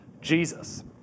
Jesus